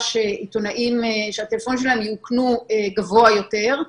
שהטלפון של העיתונאים יאוכנו גבוה יותר.